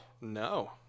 No